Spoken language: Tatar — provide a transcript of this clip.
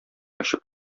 очып